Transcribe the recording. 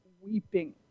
weeping